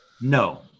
No